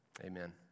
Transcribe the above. Amen